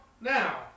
Now